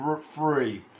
free